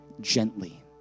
gently